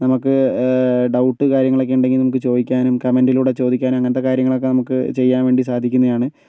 നമുക്ക് ഡൗട്ട് കാര്യങ്ങളൊക്കെയുണ്ടെങ്കിൽ നമുക്ക് ചോദിക്കാനും കമന്റിലൂടെ ചോദിക്കാനും അങ്ങനത്തെ കാര്യങ്ങളൊക്കെ നമുക്ക് ചെയ്യാൻ വേണ്ടി സാധിക്കുന്നയാണ്